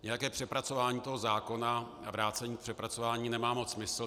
Nějaké přepracování zákona a vrácení k přepracování nemá moc smysl.